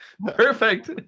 perfect